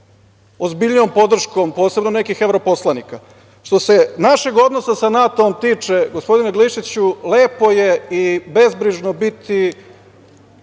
ozbiljnijom podrškom, posebno nekih evroposlanika. Što se našeg odnosa sa NATO-om tiče, gospodine Glišiću, lepo je i bezbrižno biti